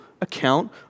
account